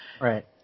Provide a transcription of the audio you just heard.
Right